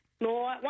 No